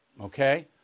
okay